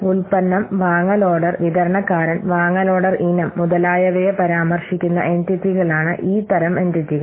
ഉൽപ്പന്നം വാങ്ങൽ ഓർഡർ വിതരണക്കാരൻ വാങ്ങൽ ഓർഡർ ഇനം മുതലായവയെ പരാമർശിക്കുന്ന എന്റിറ്റികളാണ് ഈ തരം എന്റിറ്റികൾ